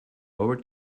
over